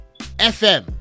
FM